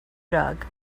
jug